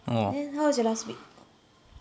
then how was your last week